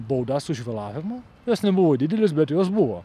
baudas už vėlavimą jos nebuvo didelės bet jos buvo